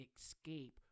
escape